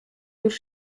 już